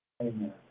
Amen